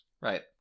Right